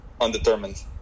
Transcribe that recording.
Undetermined